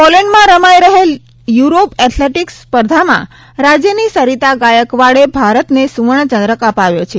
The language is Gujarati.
પોલેન્ડમાં રમાઈ રહેલ યુરોપ એથ્લેટિક્સ સ્પર્ધામાં રાજ્યની સરિતા ગાયકવાડે ભારતને સુવર્ણ ચંદ્રક અપાવ્યો છે